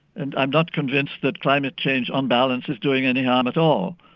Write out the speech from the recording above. and i'm not convinced that climate change, on balance, is doing any harm at all.